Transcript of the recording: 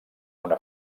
una